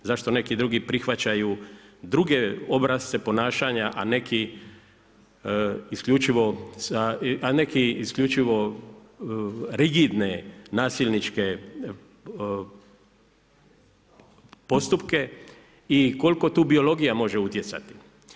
Zašto neki drugi prihvaćaju druge obrasce ponašanja, a neki isključivo rigidne nasilničke postupke i koliko tu biologija može utjecati.